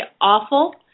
awful